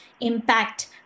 impact